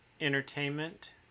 entertainment